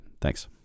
Thanks